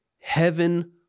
heaven